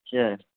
اچھا